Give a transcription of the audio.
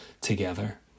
together